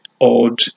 odd